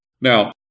Now